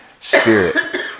Spirit